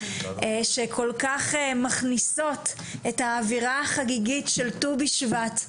שכל כך מכניסות את האווירה החגיגית של ט"ו בשבט,